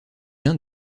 l’un